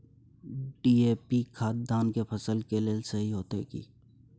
DAP खाद धान के फसल के लेल सही होतय की?